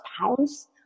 pounds